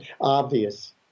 obvious